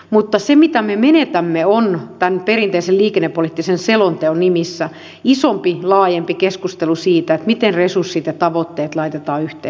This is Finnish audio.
mutta se mitä me menetämme on tämän perinteisen liikennepoliittisen selonteon nimissä isompi laajempi keskustelu siitä miten resurssit ja tavoitteet laitetaan yhteen